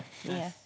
ya